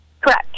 Correct